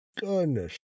goodness